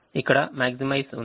ఇక్కడ miximize ఉంది